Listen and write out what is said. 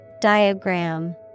Diagram